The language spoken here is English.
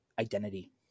identity